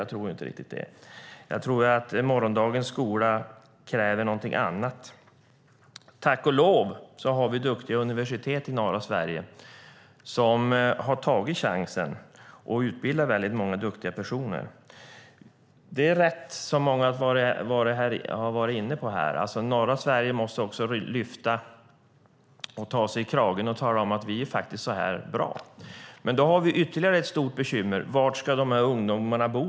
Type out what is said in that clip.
Jag tror inte det. Jag tror att morgondagens skola kräver någonting annat. Tack och lov har vi bra universitet i norra Sverige som tagit chansen och utbildar många duktiga personer. Det är rätt som flera varit inne på i dag att vi i norra Sverige måste ta oss i kragen och tala om att vi är bra, men då har vi ett annat stort bekymmer, nämligen var dessa ungdomar ska bo.